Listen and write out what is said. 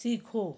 सीखो